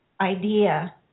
idea